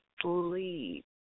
sleep